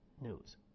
news